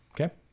Okay